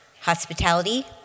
hospitality